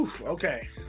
okay